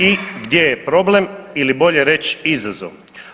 I gdje je problem ili bolje reć izazov?